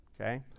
okay